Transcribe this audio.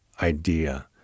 idea